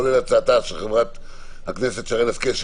כולל הצעתה של חברת הכנסת שרן השכל,